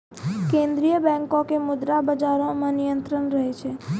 केन्द्रीय बैंको के मुद्रा बजारो मे नियंत्रण रहै छै